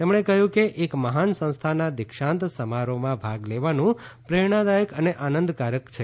તેમણે કહ્યું કે એક મહાન સંસ્થાના દિક્ષાંત સમારોહમાં ભાગ લેવાનું પ્રેરણાદાયક અને આનંદકારક છે